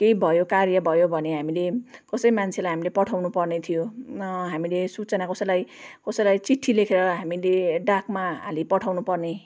केही भयो कार्य भयो भने हामीले कसै मान्छेलाई हामीलाई पठाउनुपर्ने थियो हामीले सूचना कसैलाई कसैलाई चिट्ठी लेखेर हामीले डाकमा हालिपठाउनु पर्ने